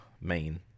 main